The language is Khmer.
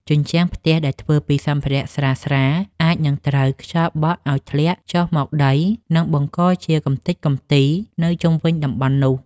ជញ្ជាំងផ្ទះដែលធ្វើពីសម្ភារៈស្រាលៗអាចនឹងត្រូវខ្យល់បក់ឱ្យធ្លាក់ចុះមកដី និងបង្កជាកម្ទេចកំទីនៅជុំវិញតំបន់នោះ។